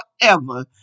forever